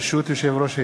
ברשות יושב-ראש הישיבה,